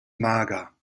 mager